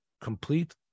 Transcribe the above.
complete